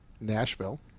Nashville